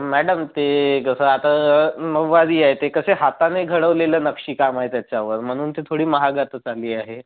madam ते कसं आता नऊवारी आहे ते कसे हाताने घडवलेलं नक्षीकाम आहे त्याच्यावर म्हणून ते थोडी महागात चालली आहे